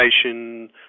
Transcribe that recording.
Education